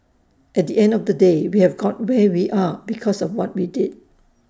at the end of the day we have got where we are because of what we did